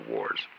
Wars